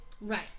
Right